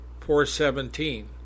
4.17